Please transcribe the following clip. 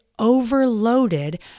Overloaded